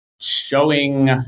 showing